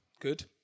Good